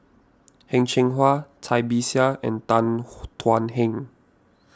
Heng Cheng Hwa Cai Bixia and Tan Thuan Heng